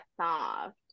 soft